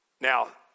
Now